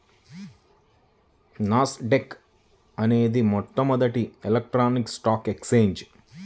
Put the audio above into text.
నాస్ dock అనేది మొట్టమొదటి electronic stock exchange